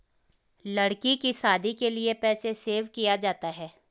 लड़की की शादी के लिए पैसे सेव किया जाता है